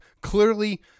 clearly